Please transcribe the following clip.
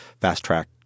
fast-track